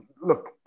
look